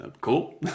Cool